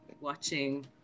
watching